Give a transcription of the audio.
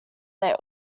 their